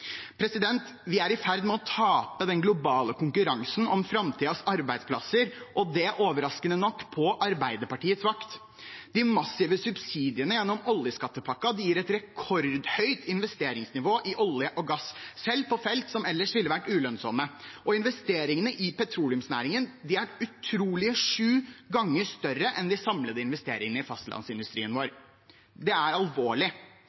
Vi er i ferd med å tape den globale konkurransen om framtidens arbeidsplasser, og det overraskende nok på Arbeiderpartiets vakt. De massive subsidiene gjennom oljeskattepakken gir et rekordhøyt investeringsnivå i olje og gass, selv på felt som ellers ville vært ulønnsomme. Investeringene i petroleumsnæringen er utrolige sju ganger større enn de samlede investeringene i fastlandsindustrien vår. Det er alvorlig.